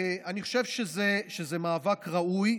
אני חושב שזה מאבק ראוי,